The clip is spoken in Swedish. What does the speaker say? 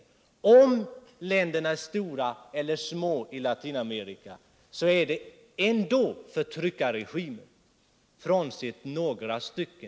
Antingen länderna i Latinamerika är stora eller små har de ändå förtryckarregimer, frånsett några stycken.